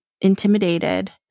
intimidated